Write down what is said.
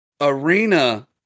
Arena